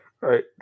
right